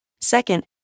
Second